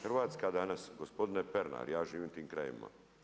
Hrvatska danas gospodine Pernar, ja živim u tim krajevima.